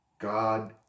God